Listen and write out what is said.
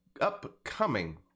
upcoming